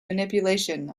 manipulation